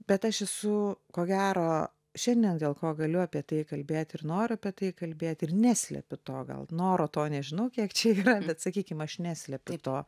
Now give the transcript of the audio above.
bet aš esu ko gero šiandien dėl ko galiu apie tai kalbėt ir noriu apie tai kalbėt ir neslepiu to gal noro to nežinau kiek čia yra bet sakykim aš neslepiu to